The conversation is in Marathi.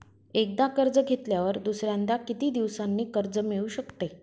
एकदा कर्ज घेतल्यावर दुसऱ्यांदा किती दिवसांनी कर्ज मिळू शकते?